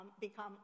become